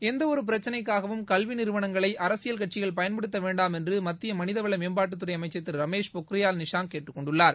எந்த ஒரு பிரச்சினைக்காகவும் கல்வி நிறுவனங்களை அரசியல் கட்சிகள் பயன்படுத்த வேண்டாம் என்று மத்திய மனிதவள மேம்பாட்டுத்துறை அமைச்சர் திரு ரமேஷ் பொக்ரியால் கேட்டுக் கொண்டுள்ளார்